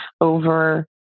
over